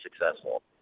successful